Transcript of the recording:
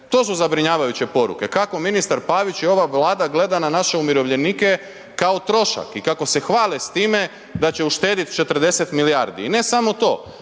to su zabrinjavajuće poruke, kako ministar Pavić i ova Vlada gleda na naše umirovljenike, kao trošak i kako se hvale s time da će uštedit 40 milijardi, i ne samo to,